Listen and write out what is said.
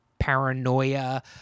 paranoia